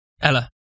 ella